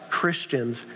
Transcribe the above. Christians